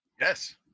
Yes